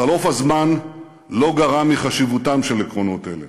חלוף הזמן לא גרע מחשיבותם של עקרונות אלה,